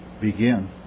begin